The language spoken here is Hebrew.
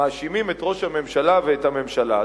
מאשימים את ראש הממשלה ואת הממשלה.